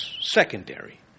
secondary